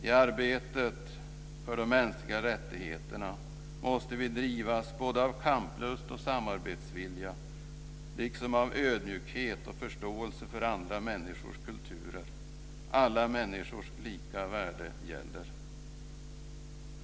I arbetet för de mänskliga rättigheterna måste vi drivas av både kamplust och samarbetsvilja, liksom av både ödmjukhet och förståelse inför andra människors kulturer. Alla människors lika värde gäller!